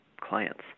clients